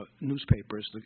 newspapers